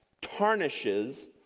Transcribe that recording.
tarnishes